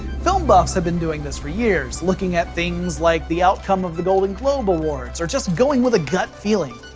film buffs have been doing this for years, looking at things like the outcome of the golden globe awards or just going with a gut feeling.